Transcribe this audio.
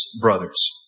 brothers